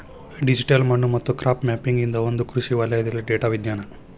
digital ಮಣ್ಣು ಮತ್ತು crop mapping ಇದು ಒಂದು ಕೃಷಿ ವಲಯದಲ್ಲಿ ಡೇಟಾ ವಿಜ್ಞಾನ